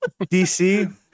DC